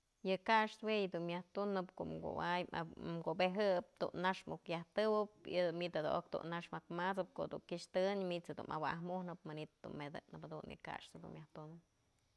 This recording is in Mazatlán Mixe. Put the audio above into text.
Yë ka'axtë jue yë dun myaj tunëp ko'om kuay kubejëp tunax muk yajtëwëp y ë manytë tunax mak mat'sëp ko'o dun kyëx tënë manytë jedun mawa'ajmujnëp manytë dun medëdnëp jadun yë kaxtë dunmyaj tunëp.